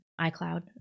iCloud